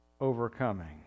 overcoming